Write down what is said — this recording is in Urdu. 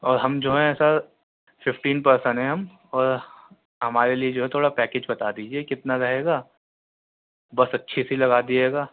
اور ہم جو ہیں سر ففٹین پرسن ہیں ہم اور ہمارے لیے جو ہے تھوڑا پیکیج بتا دیجیے کتنا رہے گا بس اچھی سی لگا دیجیے گا